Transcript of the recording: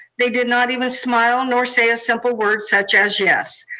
they did not even smile, nor say a simple word such as yes.